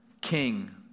king